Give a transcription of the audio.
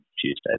Tuesday